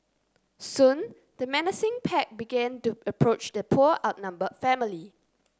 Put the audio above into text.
soon the menacing pack began to approach the poor outnumbered family